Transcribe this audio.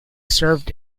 served